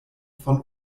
von